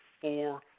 four